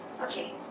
okay